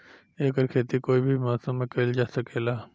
एकर खेती कोई भी मौसम मे कइल जा सके ला